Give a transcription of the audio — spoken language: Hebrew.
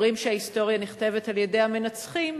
אומרים שההיסטוריה נכתבת על-ידי המנצחים,